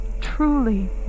truly